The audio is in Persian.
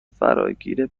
فراگیر